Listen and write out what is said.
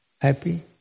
happy